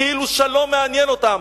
כאילו שלום מעניין אותם.